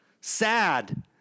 sad